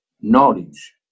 knowledge